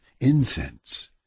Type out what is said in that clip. incense